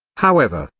however,